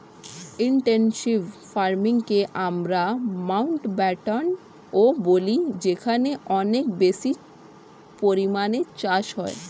intensive ফার্মিংকে আমরা মাউন্টব্যাটেনও বলি যেখানে অনেক বেশি পরিমাণে চাষ হয়